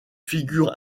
figure